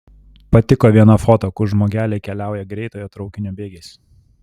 patiko viena foto kur žmogeliai keliauja greitojo traukinio bėgiais